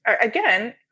again